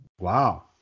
Wow